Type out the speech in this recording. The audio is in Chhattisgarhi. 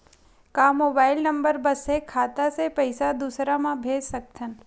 का मोबाइल नंबर बस से खाता से पईसा दूसरा मा भेज सकथन?